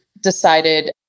decided